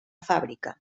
fàbrica